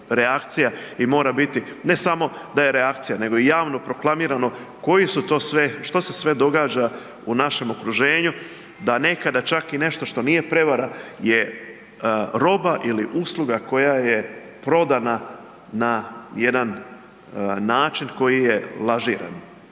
reakcija i mora biti ne samo da je reakcija nego i javno proklamirano koji su to sve, što se sve događa u našem okruženju, da nekada čak i nešto što nije prevara je roba ili usluga koja je prodana na jedan način koji je lažiran.